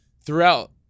throughout